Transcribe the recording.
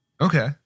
Okay